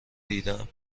دیدم